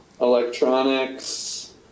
electronics